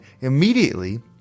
immediately